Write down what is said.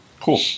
Cool